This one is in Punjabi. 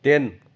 ਤਿੰਨ